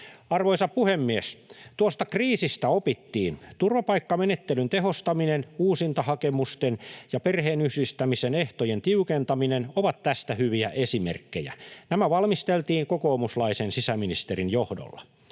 Arvoisa puhemies! Tuosta kriisistä opittiin. Turvapaikkamenettelyn tehostaminen ja uusintahakemusten ja perheenyhdistämisen ehtojen tiukentaminen ovat tästä hyviä esimerkkejä. Nämä valmisteltiin kokoomuslaisen sisäministerin johdolla.